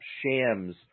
shams